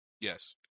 Yes